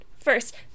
first